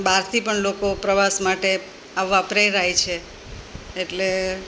બહારથી પણ લોકો પ્રવાસ માટે આવવાં પ્રેરાય છે એટલે